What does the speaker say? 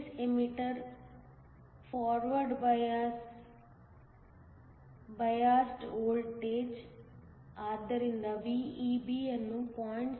base emitter forward biased voltage ಆದ್ದರಿಂದ VEB ಅನ್ನು 0